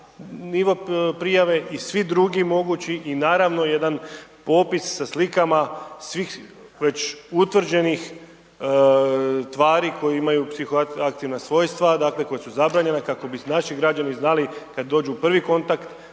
nivo prijave i svi drugi mogući i naravno jedan popis sa slikama svih već utvrđenih tvari koje imaju psihoaktivna svojstva, dakle, koja su zabranjena, kako bi naši građani znali kad dođu u prvi kontakt